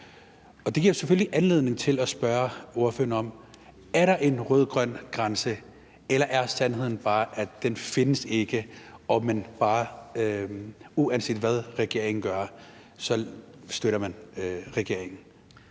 Det giver jo selvfølgelig anledning til at spørge ordføreren, om der er en rød-grøn grænse. Eller er sandheden bare, at den ikke findes, og at man bare, uanset hvad regeringen gør, støtter den?